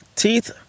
Teeth